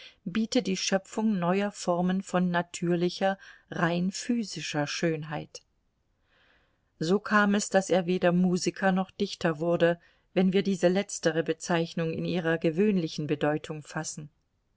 biete die schöpfung neuer formen von natürlicher rein physischer schönheit so kam es daß er weder musiker noch dichter wurde wenn wir diese letztere bezeichnung in ihrer gewöhnlichen bedeutung fassen